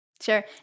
Sure